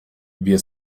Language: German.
wir